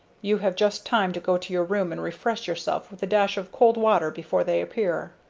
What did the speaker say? you have just time to go to your room and refresh yourself with a dash of cold water before they appear.